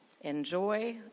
enjoy